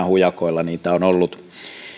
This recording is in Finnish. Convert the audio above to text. hujakoilla niitä on ollut